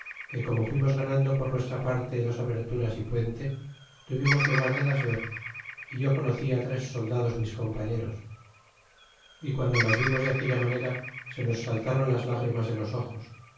que como fuimos ganando por nuestra parte dos aberturas y puente tuvimos lugar de las ver é yo conocí tres soldados mi compañeros y guando las vimos de aquella manera se nos saltaron las lágrimas de los ojos